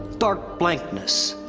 dark blankness.